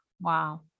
Wow